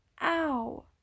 Ow